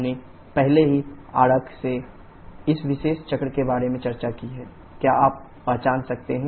हमने पहले ही आरेख से इस विशेष चक्र के बारे में चर्चा की है क्या आप पहचान सकते हैं